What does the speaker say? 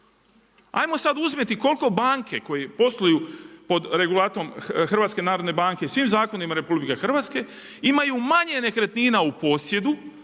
Ajmo sad uzeti koliko banke koje posluju pod regulatom HNB-a i svim zakona RH, imaju manje nekretnina u posjedu,